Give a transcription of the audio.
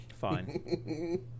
fine